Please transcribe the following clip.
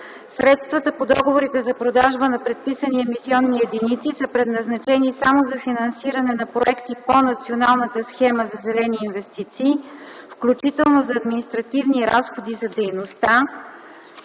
„Средствата по договорите за продажба на предписани емисионни единици са предназначени само за финансиране на проекти по националната схема за зелени инвестиции, включително за административни разходи за дейността,”